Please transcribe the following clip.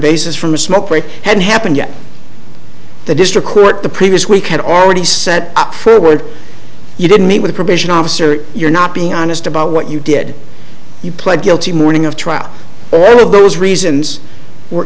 basis from smokefree hadn't happened yet the district court the previous week had already set up for what you did meet with a probation officer if you're not being honest about what you did you pled guilty morning of trial all of those reasons